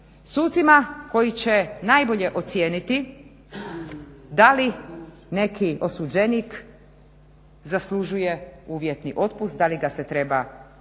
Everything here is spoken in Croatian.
Sucima koji će najbolje ocijeniti dali neki osuđenik zaslužuje uvjetni otpust, da li ga se treba otpustiti,